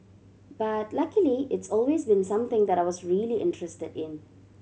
but luckily it's always been something that I was really interested in